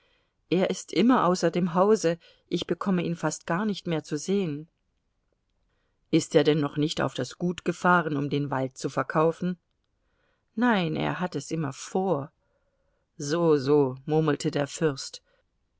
er ist immer außer dem hause ich bekomme ihn fast gar nicht mehr zu sehen ist er denn noch nicht auf das gut gefahren um den wald zu verkaufen nein er hat es immer vor soso murmelte der fürst